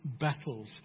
battles